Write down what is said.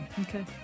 okay